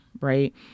right